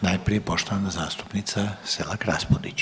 Najprije poštovana zastupnica Selak Raspudić.